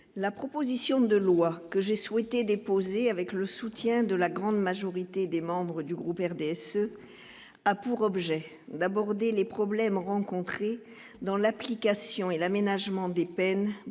la proposition de loi que j'ai souhaité déposé avec le soutien de la grande majorité des membres du groupe RDSE a pour objet d'aborder les problèmes rencontrés dans l'application et l'aménagement des peines